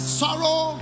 sorrow